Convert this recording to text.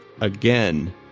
again